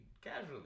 casually